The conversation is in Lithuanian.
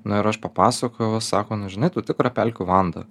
na ir aš papasakojau sako nu žinai tu tikra pelkių vanda